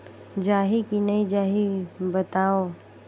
जाही की नइ जाही बताव?